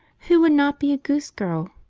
who would not be a goose girl,